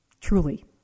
Truly